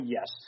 Yes